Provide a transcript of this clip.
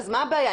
אז מה הבעיה?